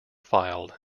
filed